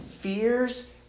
fears